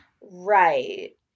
right